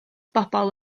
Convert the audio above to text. pobl